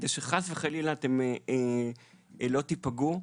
כדי שחס וחלילה אתם לא תיפגעו.